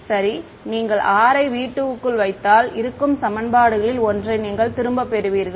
சரி நீங்கள் r யை V2 க்குள் வைத்தால் இருக்கும் சமன்பாடுகளில் ஒன்றை நீங்கள் திரும்பப் பெறுவீர்கள்